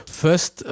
first